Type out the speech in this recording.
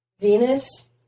Venus